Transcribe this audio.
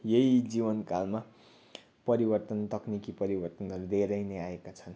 यही जीवनकालमा परिवर्तन तक्निकी परिवर्तनहरू धेरै नै आएका छन्